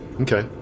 Okay